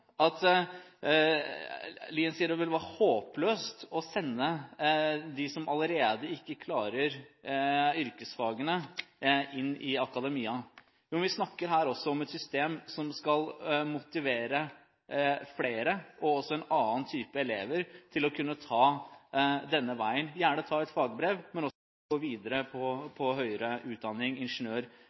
vil være håpløst å sende dem som allerede ikke klarer yrkesfagene, inn i akademia. Men vi snakker her om et system som skal motivere flere – og også en annen type elever – til å kunne ta denne veien, gjerne ta et fagbrev, men også kunne gå videre på høyere utdanning, ingeniør